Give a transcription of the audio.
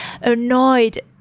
annoyed